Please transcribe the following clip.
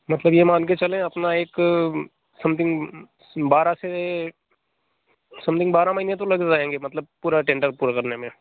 मतलब ये मान के चलें अपना एक समथिंग बारह से समथिंग बारह महीने तो लग जाएँगे मतलब पूरा टेंडर पूरा करने में